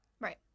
right